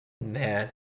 Man